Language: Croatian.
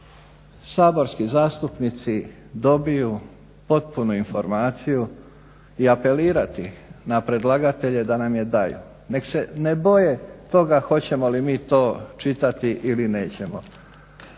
saborski zastupnici dobiju potpunu informaciju i apelirati na predlagatelje da nam je daju. Neka se ne boje toga hoćemo li mi to čitati ili nećemo.